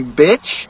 bitch